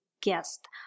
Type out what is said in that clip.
guest